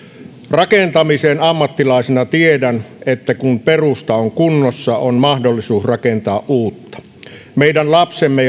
rakentamisen ammattilaisena tiedän että kun perusta on kunnossa on mahdollisuus rakentaa uutta meidän lapsemme